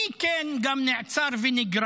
מי גם כן נעצר ונגרר?